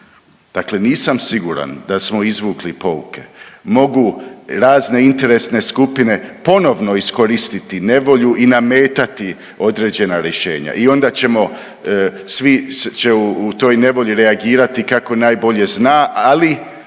Dakle nisam siguran da smo izvukli pouke, mogu razne interesne skupine ponovno iskoristiti nevolju i nametati određena rješenja i onda ćemo svi će u toj nevolji reagirati kako najbolje zna, ali